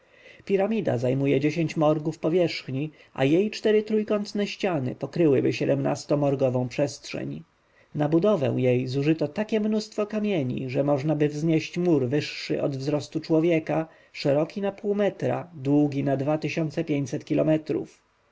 piramida zajmuje dziesięć morgów powierzchni a jej cztery trójkątne ściany pokryłyby siedemnastomorgową przestrzeń na budowę jej zużyto takie mnóstwo kamieni że możnaby wznieść mur wyższy od wzrostu człowieka szeroki na pół metra długi na dwa tysiące pięćset kilometrów